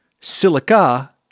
silica